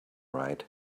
right